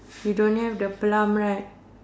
you don't have the plum right